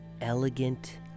elegant